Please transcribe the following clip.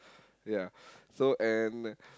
ya so and